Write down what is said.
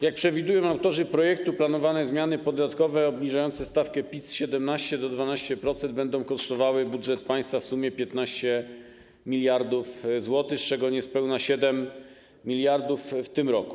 Jak przewidują autorzy projektu, planowane zmiany podatkowe obniżające stawkę PIT z 17% do 12% będą kosztowały budżet państwa w sumie 15 mld zł, z czego niespełna 7 mld zł w tym roku.